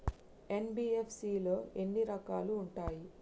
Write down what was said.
NBFC లో ఎన్ని రకాలు ఉంటాయి?